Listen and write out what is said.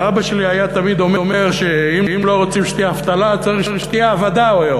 אבא שלי היה אומר תמיד שאם לא רוצים שתהיה אבטלה צריך שתהיה עבודה,